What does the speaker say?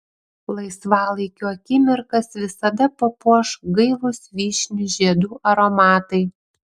laisvalaikio akimirkas visada papuoš gaivūs vyšnių žiedų aromatai